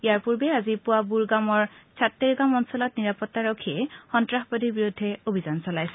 ইয়াৰ পূৰ্বে আজি পুৱা বুৰগামৰ চাত্তেৰগাম অঞ্চলত নিৰাপত্তাৰক্ষীয়ে সন্তাসবাদীৰ বিৰুদ্ধে অভিযান চলাইছিল